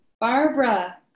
Barbara